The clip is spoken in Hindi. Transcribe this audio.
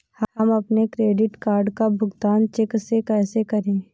हम अपने क्रेडिट कार्ड का भुगतान चेक से कैसे करें?